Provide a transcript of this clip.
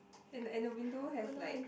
and and the window has like